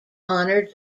honor